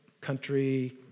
country